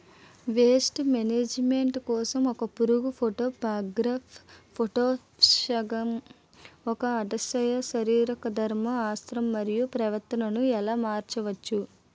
Paste management కోసం ఒక పురుగు ఫైటోఫాగస్హె మటోఫాగస్ యెక్క అండాశయ శరీరధర్మ శాస్త్రం మరియు ప్రవర్తనను ఎలా మార్చచ్చు?